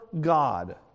God